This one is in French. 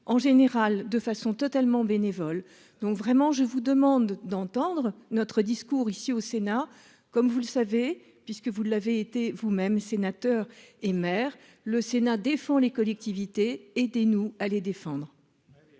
en général de façon totalement bénévole. Donc vraiment je vous demande d'entendre notre discours ici au Sénat, comme vous le savez puisque vous l'avez été vous-même, sénateur et maire le Sénat défend les collectivités et des nous à les défendre.